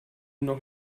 noch